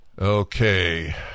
okay